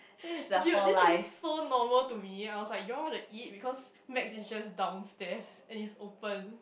dude this is so normal to me I was like you all want to eat because Mac is just downstairs and it's open